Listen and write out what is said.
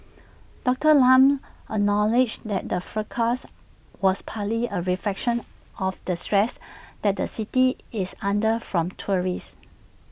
Doctor Lam acknowledges that the fracas was partly A reflection of the stress that the city is under from tourists